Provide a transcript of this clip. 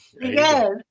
Yes